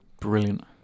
Brilliant